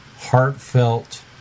heartfelt